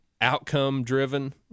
outcome-driven